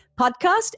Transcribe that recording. podcast